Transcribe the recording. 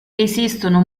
esistono